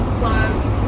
gloves